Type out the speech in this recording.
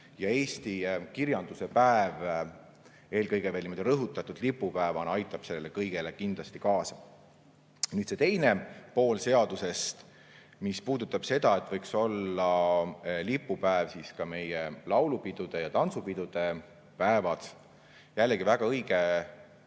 Eesti kirjanduse päev, eelkõige veel niimoodi rõhutatult lipupäevana aitab sellele kõigele kindlasti kaasa. Nüüd see teine pool seadusest, mis puudutab seda, et võiks olla lipupäevad ka meie laulupidude ja tantsupidude päevad. Jällegi väga õige mõte,